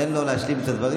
תן לו להשלים את הדברים,